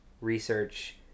research